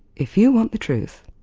if you want the truth,